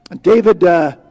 David